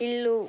ఇల్లు